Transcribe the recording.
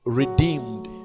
redeemed